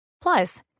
Plus